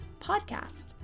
podcast